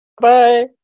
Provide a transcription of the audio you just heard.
Bye